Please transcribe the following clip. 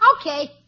Okay